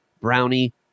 brownie